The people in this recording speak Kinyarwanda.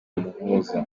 umuhuza